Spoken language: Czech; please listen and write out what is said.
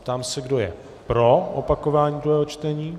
Ptám se, kdo je pro opakování druhého čtení.